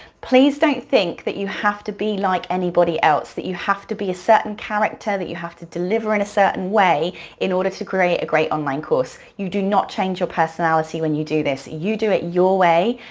please don't think that you have to be like anybody else, that you have to be a certain character, that you have to deliver in a certain way in order to create a great online course. course. you do not change your personality when you do this. you do it your way,